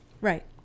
Right